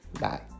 Bye